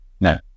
No